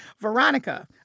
Veronica